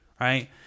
right